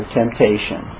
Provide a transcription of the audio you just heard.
temptation